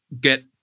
get